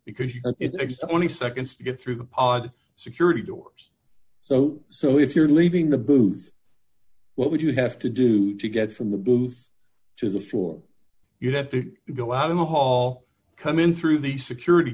because you are x twenty seconds to get through the pod security doors so so if you're leaving the booth what would you have to do to get from the booth to the floor you'd have to go out in the hall come in through the security